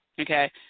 okay